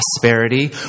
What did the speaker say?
prosperity